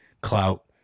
clout